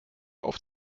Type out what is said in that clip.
auf